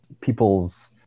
people's